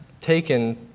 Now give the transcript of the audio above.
taken